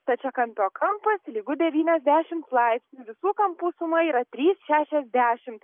stačiakampio kampas lygu devyniasdešim laipsnių visų kampų suma yra trys šešiasdešim